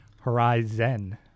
Horizon